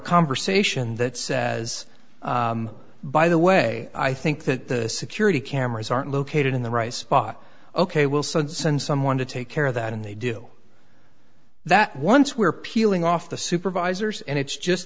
conversation that says by the way i think the security cameras aren't located in the right spot ok we'll send send someone to take care of that and they do that once we're peeling off the supervisors and it's just